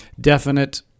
definite